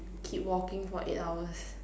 keep walking for eight hours